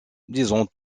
disons